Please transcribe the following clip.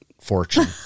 fortune